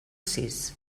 sis